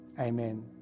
Amen